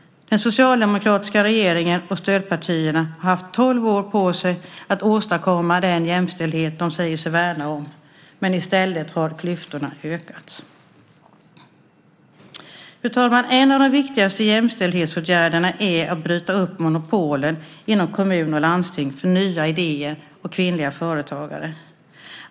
Den socialdemokratiska regeringen och stödpartierna har haft tolv år på sig att åstadkomma den jämställdhet de säger sig värna om, men i stället har klyftorna ökat. Fru talman! En av de viktigaste jämställdhetsåtgärderna är att bryta upp monopolen inom kommuner och landsting för nya idéer och kvinnliga företagare.